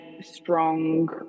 strong